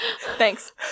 Thanks